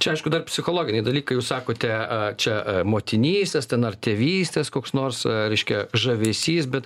čia aišku dar psichologiniai dalykai jūs sakote čia motinystės ten ar tėvystės koks nors reiškia žavesys bet